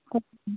coupon